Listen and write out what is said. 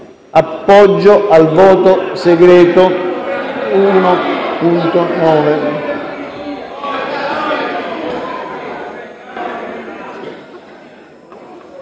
appoggio al voto segreto da